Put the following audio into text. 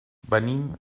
venim